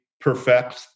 perfect